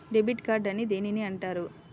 Debit card అని దేనిని అంటారు?